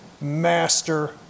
master